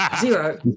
Zero